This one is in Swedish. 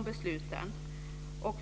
besluten.